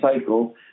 cycle